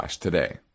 today